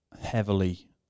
heavily